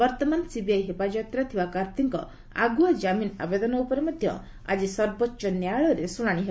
ବର୍ତ୍ତମାନ ସିବିଆଇ ହେପାଜତରେ ଥିବା କାର୍ତ୍ତିଙ୍କ ଆଗ୍ରଆ କାମିନ ଆବେଦନ ଉପରେ ମଧ୍ୟ ଆଜି ସର୍ବୋଚ୍ଚ ନ୍ୟାୟାଳୟରେ ଶ୍ରଣାଣି ହେବ